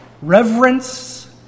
reverence